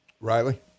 Riley